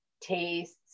tastes